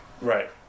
Right